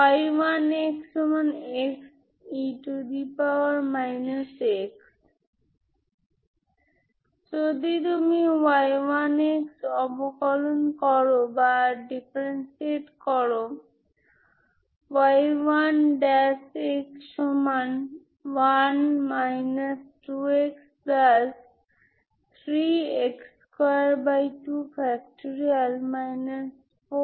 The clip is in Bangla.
যদি λ হয় n যদি আমরা n কে কোন নেগেটিভ মান নেগেটিভ পূর্ণসংখ্যা হিসাবে বেছে নিই ইগেনভ্যালুস ইতিমধ্যেই এখানে আছে তারা এই ইগেনভ্যালুস থেকে আলাদা নয় এটাই আমি বলতে চাই